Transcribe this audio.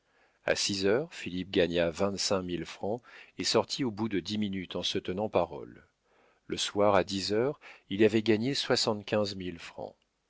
six heures philippe gagna vingt-cinq mille francs et sortit au bout de dix minutes en se tenant parole le soir à dix heures il avait gagné soixante-quinze